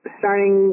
starting